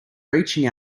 reaching